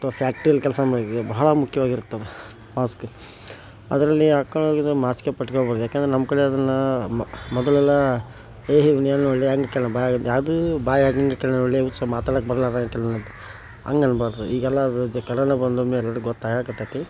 ಅಥವಾ ಫ್ಯಾಕ್ಟ್ರಿಲಿ ಕೆಲಸ ಮಾಡಿ ಬಹಳ ಮುಖ್ಯವಾಗಿರುತ್ತದು ಮಾಸ್ಕ್ ಅದರಲ್ಲಿ ಹಾಕೊಳ್ಳೋಗಿದ್ರೆ ಮಾಸ್ಕೆ ಪಟ್ಕೊಳ್ಬೋದು ಏಕೆಂದರೆ ನಮ್ಮ ಕಡೆ ಅದನ್ನು ಮೊದಲೆಲ್ಲ ಹೇ ಇವನೇನೋ ಒಳ್ಳೆ ಅಂಕಲಪ್ಪ ಯಾವ್ದು ಬಾಯಾಂಗ ಇಟ್ಟೆ ಒಳ್ಳೆ ನಿಮಿಷ ಮಾತಾಡೋಕೆ ಬರ್ಲಾರ್ದಂಗ ಹಾಕ್ಯಾನಂತೆ ಹಾಗನ್ಬಾರ್ದು ಈಗೆಲ್ಲ ಈಚೆ ಕರೋನಾ ಬಂದು ಹೋದ ಮೇಲೆ ಗೊತ್ತು ಆಗಾಕತ್ತೈತಿ